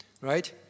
right